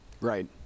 Right